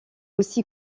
aussi